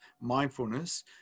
mindfulness